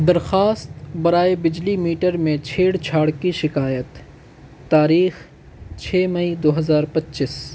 درخواست برائے بجلی میٹر میں چھیڑ چھاڑ کی شکایت تاریخ چھ مئی دو ہزار پچیس